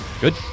Good